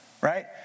right